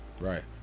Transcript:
Right